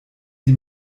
die